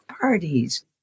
parties